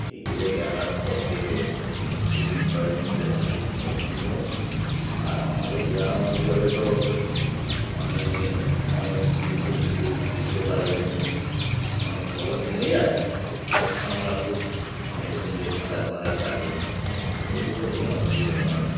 এইগুলো দেখার পর থেকে খুবই ভয়ের মধ্যে থাকি ওই জন্যে আর আমাদের গ্রাম অঞ্চলে তো মানে অনেক পুকুর ফুকুর গ্রীষ্মকালে অনেক জল কমে যায় তখন আমরা খুব অনেকক্ষণ ধরে সাঁতার ফাঁটার কাটি ওইগুলো কোনো অসুবিধা হয় না